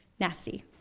nasty.